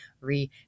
re